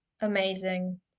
amazing